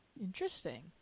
Interesting